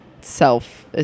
self